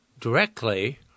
directly